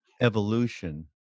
evolution